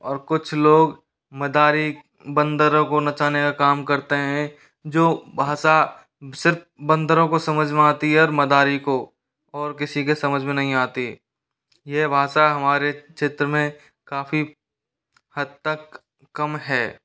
और कुछ लोग मदारी बंदरों को नचाने का काम करते हैं जो भाषा सिर्फ बंदरों को समझे में आती है और मदारी को और किसी के समझे में नहीं आती यह भाषा हमारे क्षेत्र में काफी हद तक कम है